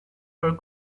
for